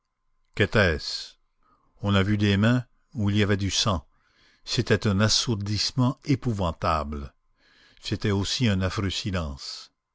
on a vu des mains où il y avait du sang c'était un assourdissement épouvantable c'était aussi un affreux silence